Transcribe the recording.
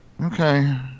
Okay